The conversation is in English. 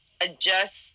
adjust